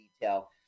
detail